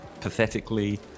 pathetically